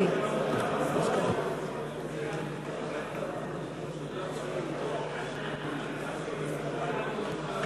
זה עתה סיימנו להצביע על